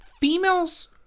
Females